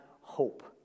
hope